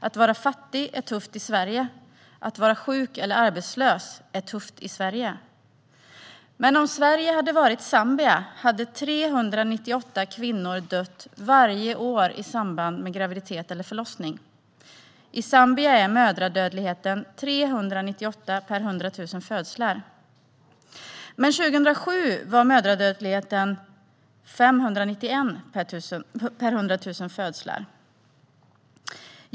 Att vara fattig är tufft i Sverige, och att vara sjuk eller arbetslös är tufft i Sverige. Men om Sverige hade varit Zambia hade 398 kvinnor dött varje år i samband med graviditet eller förlossning. I Zambia är mödradödligheten 398 per 100 000 födslar. Men 2007 var mödradödligheten 591 per 100 000 födslar.